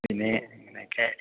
പിന്നെ ഇങ്ങനെയൊക്കെ